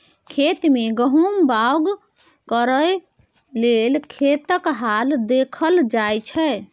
खेत मे गहुम बाउग करय लेल खेतक हाल देखल जाइ छै